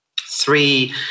three